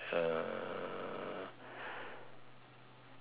uh